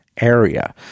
area